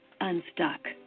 unstuck